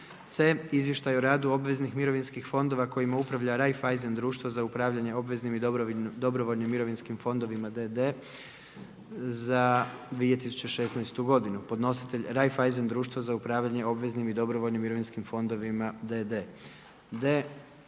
c) Izvještaj o radu obveznih mirovinskih fondova kojima upravlja Raiffeisen društvo za upravljanje obveznim i dobrovoljnim mirovinskim fondovima d.d. za 2016 godinu, podnositelj je Raiffeisen društvo za upravljanje obveznim i dobrovoljnim mirovinskim fondovima d.d.